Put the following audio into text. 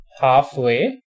halfway